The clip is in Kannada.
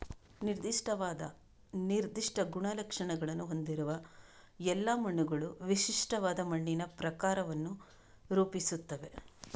ನಿರ್ದಿಷ್ಟವಾದ ನಿರ್ದಿಷ್ಟ ಗುಣಲಕ್ಷಣಗಳನ್ನು ಹೊಂದಿರುವ ಎಲ್ಲಾ ಮಣ್ಣುಗಳು ವಿಶಿಷ್ಟವಾದ ಮಣ್ಣಿನ ಪ್ರಕಾರವನ್ನು ರೂಪಿಸುತ್ತವೆ